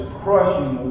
crushing